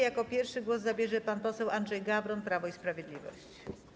Jako pierwszy głos zabierze pan poseł Andrzej Gawron, Prawo i Sprawiedliwość.